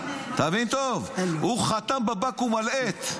תבין טוב, הוא חתם בבקו"ם על עט.